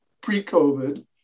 pre-COVID